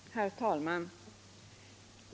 Herr talman!